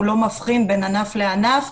הוא לא מבחין בין ענף לענף,